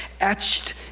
etched